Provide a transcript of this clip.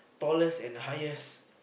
tallest and the highest